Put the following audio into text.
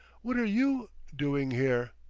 what're you, doing here?